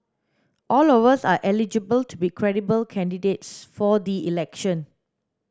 all of us are eligible to be credible candidates for the election